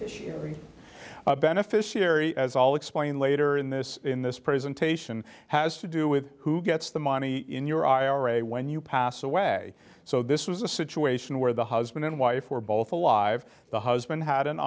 the beneficiary as all explained later in this in this presentation has to do with who gets the money in your ira when you pass away so this was a situation where the husband and wife were both alive the husband had an